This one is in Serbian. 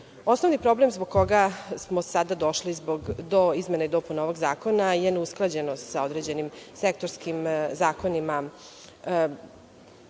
nadzor. Osnovni problem zbog koga smo sada došli do izmene i dopune ovog zakona je neusklađenost sa određenim sektorskim zakonima